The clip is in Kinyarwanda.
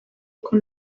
ariko